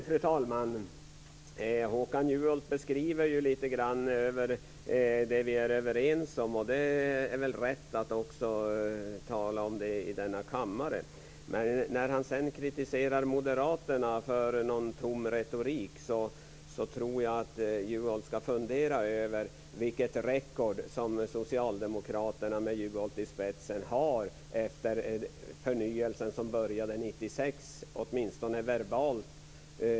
Fru talman! Håkan Juholt beskriver lite grann det som vi är överens om. Det är väl rätt att också tala om det i denna kammare. När han sedan kritiserar moderaterna för tom retorik tror jag att Juholt ska fundera över vilket record socialdemokraterna med Juholt i spetsen har efter den förnyelse som började 1996 - åtminstone verbalt.